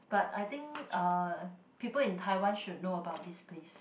but I think uh people in Tai-Wan should know about this place